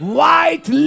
white